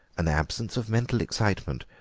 an absence of mental excitement,